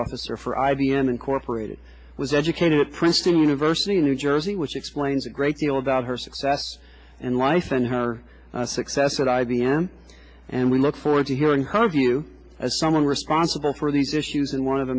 officer for i b m incorporated was educated at princeton university in new jersey which explains a great deal about her success and life and her success at i b m and we look forward to hearing her view as someone responsible for these issues and one of